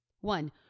One